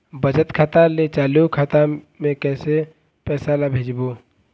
बचत खाता ले चालू खाता मे कैसे पैसा ला भेजबो?